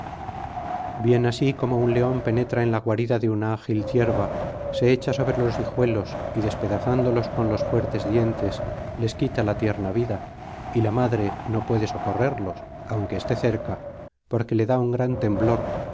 bien así como un león penetra en la guarida de una ágil cierva se echa sobre los hijuelos y despedazándolos con los fuertes dientes les quita la tierna vida y la madre no puede socorrerlos aunque esté cerca porque le da un gran temblor